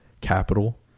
capital